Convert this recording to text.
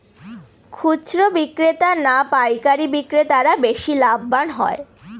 খুচরো বিক্রেতা না পাইকারী বিক্রেতারা বেশি লাভবান হয়?